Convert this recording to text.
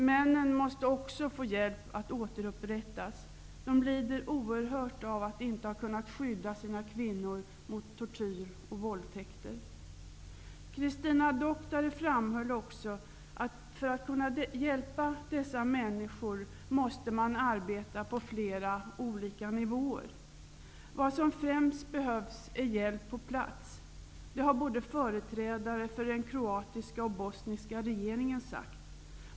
Männen måste också få hjälp med att återupprättas. De lider oerhört av att inte ha kunnat skydda sina kvinnor mot tortyr och våldtäkter. Christina Doctare framhöll också att man, för att kunna hjälpa dessa utsatta människor, måste arbeta på flera olika nivåer. Vad som främst behövs är hjälp på plats. Det har företrädare för både den kroatiska och den bosniska regeringen sagt.